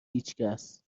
هیچکس